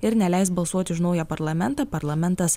ir neleis balsuoti už naują parlamentą parlamentas